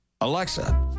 Alexa